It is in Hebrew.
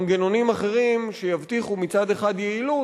מנגנונים אחרים שיבטיחו מצד אחד יעילות